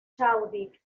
chadwick